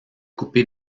coupée